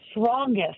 strongest